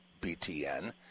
btn